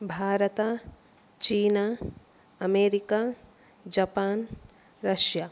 Bharat China America Japan Russia